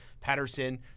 Patterson